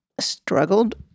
struggled